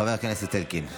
חבר הכנסת אלקין.